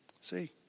see